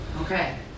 Okay